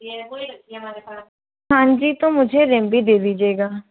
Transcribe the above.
हाँ जी तो मुझे रिम भी दे दीजिएगा